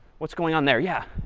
what's going on there? yeah.